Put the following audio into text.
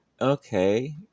okay